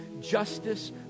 justice